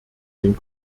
den